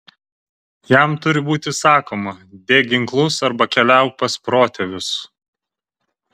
jam turi būti sakoma dėk ginklus arba keliauk pas protėvius